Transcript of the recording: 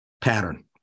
pattern